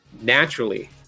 naturally